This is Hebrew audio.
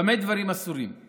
במה דברים אמורים?